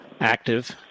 active